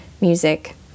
music